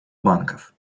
банков